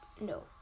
No